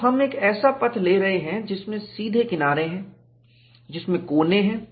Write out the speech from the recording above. तो हम एक ऐसा पथ ले रहे हैं जिसमें सीधे किनारे हैं जिसमें कोने हैं